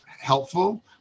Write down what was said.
helpful